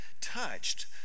touched